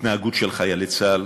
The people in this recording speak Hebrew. התנהגות של חיילי צה"ל.